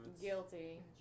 Guilty